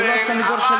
אני לא הסנגור של,